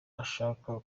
ashaka